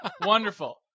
Wonderful